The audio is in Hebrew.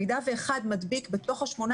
אם אחד מהם חולה ובמידה שאחד מדביק בתוך ה-18,